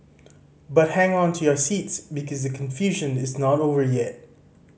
but hang on to your seats because the confusion is not over yet